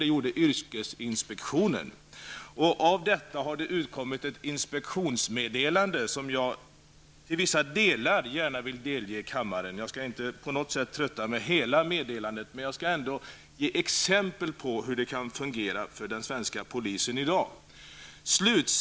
Den har resultaterat i ett inspektionsmeddelande som jag till vissa delar gärna vill delge kammaren. Jag skall inte trötta med hela meddelandet, men jag skall ge exempel på hur det kan fungera för den svenska polisen i dag.